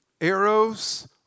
Arrows